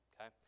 okay